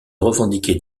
revendiquer